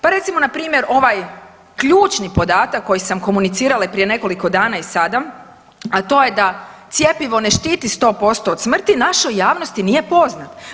Pa recimo na primjer ovaj ključni podatak koji sam komunicirala i prije nekoliko dana i sada, a to je da cjepivo ne štiti sto posto od smrti našoj javnosti nije poznat.